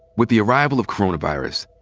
with the arrival of coronavirus,